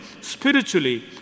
spiritually